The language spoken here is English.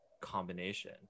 combination